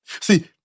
See